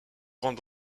grande